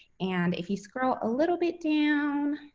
and if you scroll a little bit down